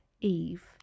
Eve